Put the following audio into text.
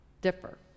differ